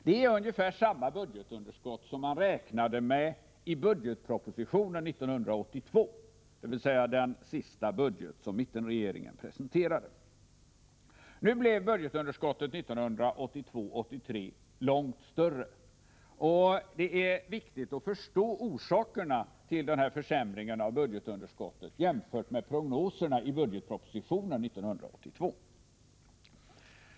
Det är ungefär samma budgetunderskott som man räknade med i budgetpropositionen 1982, dvs. den sista budget som mittenregeringen presenterade. Nu blev budgetunderskottet 1982/83 långt större, och det är viktigt att förstå orsakerna till denna försämring av budgetunderskottet jämfört med prognosen i budgetpropositionen 1982.